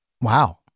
Wow